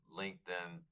linkedin